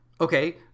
Okay